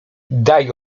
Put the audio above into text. daj